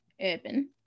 urban